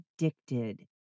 addicted